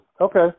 Okay